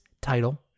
title